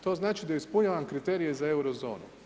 To znači da ispunjavam kriterije za Euro zonu.